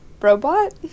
robot